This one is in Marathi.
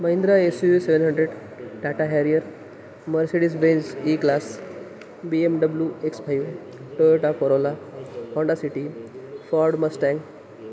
Mahindra S U V seven hundred Tata Harrier Mercedes Benz E class B M W X five eight Toyota Corolla Honda City Ford Mustang